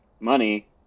money